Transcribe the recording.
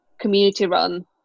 community-run